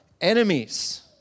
enemies